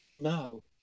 No